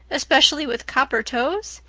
especially with copper toes?